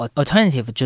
alternative